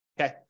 okay